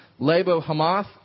Labo-Hamath